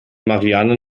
marianne